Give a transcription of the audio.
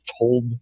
told